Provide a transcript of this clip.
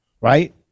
Right